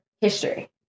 history